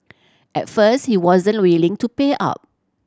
at first he wasn't willing to pay out